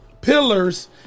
pillars